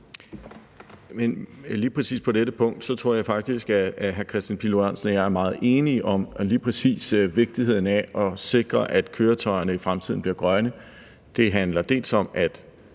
Lige præcis på dette punkt tror jeg faktisk, at hr. Kristian Pihl Lorentzen og jeg er meget enige, altså om vigtigheden af at sikre, at køretøjerne i fremtiden bliver grønne. Det handler dels om at